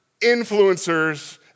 influencers